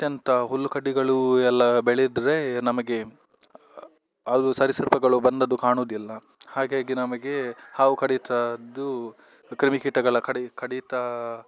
ಅತ್ಯಂತ ಹುಲ್ಲು ಕಡ್ಡಿಗಳು ಎಲ್ಲ ಬೆಳೆದರೆ ನಮಗೆ ಅದು ಸರೀಸೃಪಗಳು ಬಂದದ್ದು ಕಾಣುವುದಿಲ್ಲ ಹಾಗಾಗಿ ನಮಗೆ ಹಾವು ಕಡಿತದ್ದು ಕ್ರಿಮಿಕೀಟಗಳ ಕಡಿ ಕಡಿತ